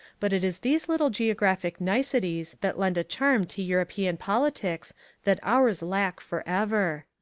but it is these little geographic niceties that lend a charm to european politics that ours lack forever.